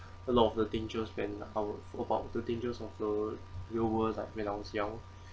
a lot of the dangers when our about the dangers of the real world like when I was young